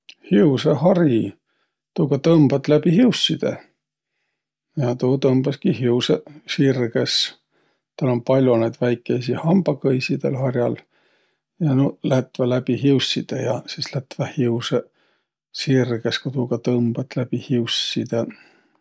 Hiusõhari? Tuuga tõmbat läbi hiussidõ ja tuu tõmbaski hiusõq sirgõs. Täl om pall'o naid väikeisi hambakõisi taal har'al ja nuuq lätväq läbi hiussidõ. Ja sis lätväq hiusõq sirgõs, ku tuuga tõmbat läbi hiussidõ.